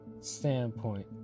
standpoint